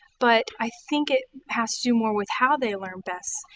but i think it has to do more with how they learn best.